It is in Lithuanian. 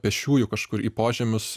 pėsčiųjų kažkur į požemius